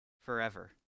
forever